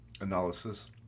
analysis